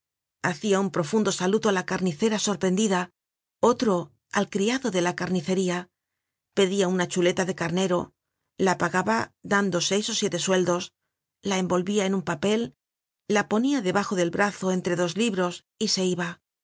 hacia un profundo saludo á la carnicera sorprendida otro al criado de la carnicería pedia una chuleta de carnero la pagaba dando seis ó siete sueldos la envolvia en un papel la ponia debajo del brazo entre dos libros y se iba